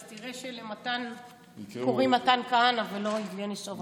אז תראה שלמתן קוראים מתן כהנא ולא יבגני סובה.